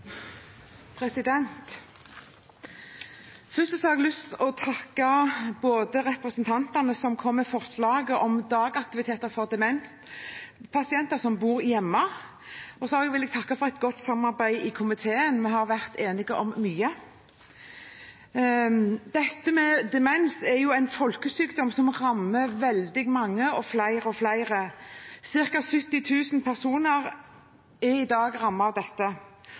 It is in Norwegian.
vedtatt. Først har jeg lyst til å takke representantene som kom med forslaget om dagaktiviteter for demente personer som bor hjemme, og så vil jeg takke for et godt samarbeid i komiteen. Vi har vært enige om mye. Dette med demens er en folkesykdom som rammer veldig mange og flere og flere. Cirka 70 000 personer er i dag rammet av dette,